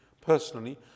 personally